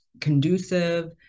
conducive